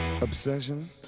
obsession